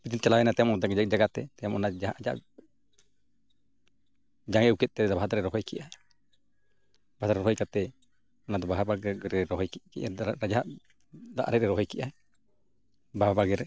ᱢᱤᱫ ᱫᱤᱱ ᱪᱟᱞᱟᱣ ᱮᱱᱟᱭ ᱚᱱᱛᱮ ᱟᱡᱤᱡ ᱡᱟᱭᱜᱟ ᱛᱮ ᱛᱟᱭᱚᱢ ᱚᱱᱟ ᱡᱟᱦᱟᱸ ᱟᱡᱟᱜ ᱡᱟᱝ ᱮ ᱟᱹᱜᱩ ᱠᱮᱫᱛᱮ ᱵᱟᱦᱟ ᱫᱟᱨᱮ ᱨᱚᱦᱚᱭ ᱠᱮᱫᱟᱭ ᱵᱟᱦᱟ ᱫᱟᱨᱮ ᱨᱚᱦᱚᱭ ᱠᱟᱛᱮᱫ ᱚᱱᱟᱫᱚ ᱵᱟᱦᱟ ᱵᱟᱲᱜᱮ ᱨᱮ ᱨᱚᱦᱚᱭ ᱠᱮᱫᱼᱟ ᱡᱟᱦᱟᱸ ᱫᱟᱜ ᱨᱮ ᱨᱚᱦᱚᱭ ᱠᱮᱫ ᱟᱭ ᱵᱟᱦᱟ ᱵᱟᱲᱜᱮ ᱨᱮ